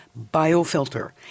biofilter